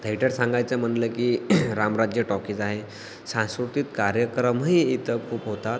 theatre सांगायचं म्हणलं की रामराज्य टॉकीज आहे सांस्कृतिक कार्यक्रमही इथं खूप होतात